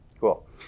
Cool